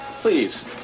Please